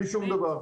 בלי שום דבר.